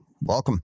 welcome